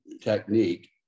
technique